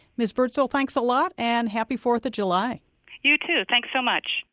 ms. birdsill, thanks a lot and happy fourth of july you too, thanks so much